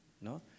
no